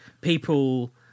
people